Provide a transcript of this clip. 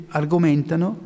argomentano